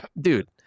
Dude